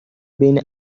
بین